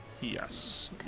Yes